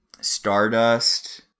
Stardust